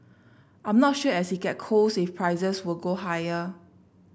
I'm not sure as it get cold if prices will go higher